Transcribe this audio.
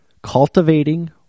cultivating